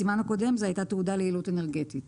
בסימן הקודם זו הייתה תעודה ליעילות אנרגטית.